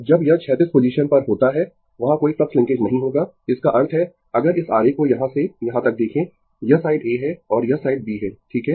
तो जब यह क्षैतिज पोजीशन पर होता है वहाँ कोई फ्लक्स लिंकेज नहीं होगा इसका अर्थ है अगर इस आरेख को यहाँ से यहाँ तक देखें यह साइड A है और यह साइड B है ठीक है